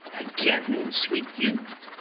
again, sweet youth!